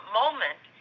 moment